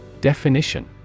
Definition